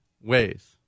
ways